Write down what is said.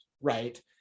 right